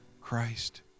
Christ